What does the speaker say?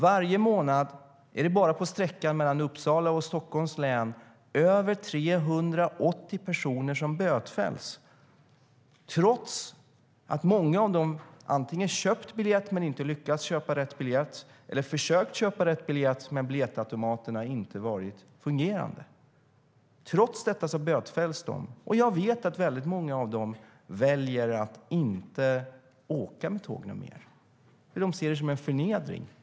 Varje månad är det bara på sträckan mellan Uppsala och Stockholms län över 380 personer som bötfälls trots att många av dem antingen har köpt biljett, men inte har lyckats köpa rätt biljett, eller försökt köpa rätt biljett men inte har kunna hitta någon fungerande biljettautomat. Trots detta bötfälls de alltså, och jag vet att många av dem väljer att inte åka med tåg mer. De ser det som en förnedring.